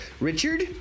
Richard